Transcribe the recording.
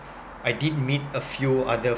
I did meet a few other